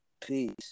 Peace